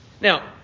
Now